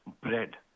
Bread